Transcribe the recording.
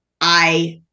I-